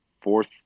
fourth